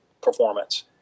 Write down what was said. performance